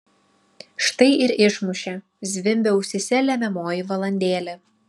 štai ir išmušė zvimbia ausyse lemiamoji valandėlė